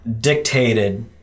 dictated